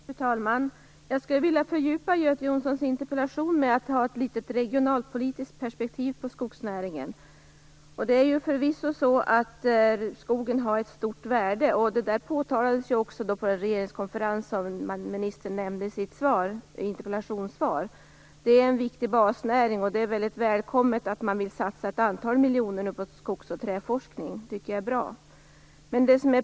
Fru talman! Jag skulle vilja gå ännu djupare än Göte Jonsson gör i sin interpellation genom att ha med också ett regionalpolitiskt perspektiv vad gäller skogsnäringen. Skogen har förvisso ett stort värde. Det påpekades också på den regeringskonferens som ministern nämner i sitt interpellationssvar. Skogen är en viktig basnäring. Det är välkommet att man nu vill satsa ett antal miljoner på skogs och träforskning. Det tycker jag alltså är bra.